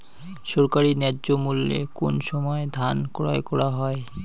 সরকারি ন্যায্য মূল্যে কোন সময় ধান ক্রয় করা হয়?